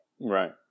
Right